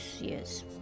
yes